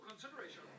consideration